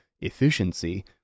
efficiency